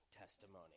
testimony